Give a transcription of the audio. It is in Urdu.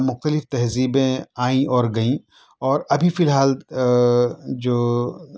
مختلف تہذبیں آئیں اور گئیں اور ابھی فی الحال جو